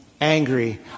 angry